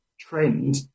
trend